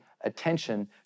attention